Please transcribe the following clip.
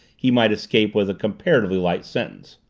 he might escape with a comparatively light sentence.